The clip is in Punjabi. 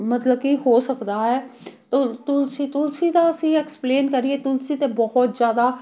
ਮਤਲਬ ਕਿ ਹੋ ਸਕਦਾ ਹੈ ਤੁ ਤੁਲਸੀ ਤੁਲਸੀ ਤਾਂ ਅਸੀਂ ਐਕਸਪਲੇਨ ਕਰੀਏ ਤੁਲਸੀ ਤਾਂ ਬਹੁਤ ਜ਼ਿਆਦਾ